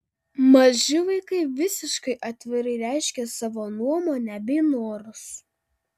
maži vaikai visiškai atvirai reiškia savo nuomonę bei norus